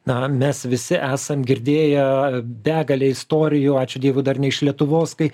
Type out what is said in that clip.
na mes visi esam girdėję begalę istorijų ačiū dievui dar ne iš lietuvos kai